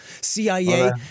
CIA